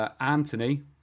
Anthony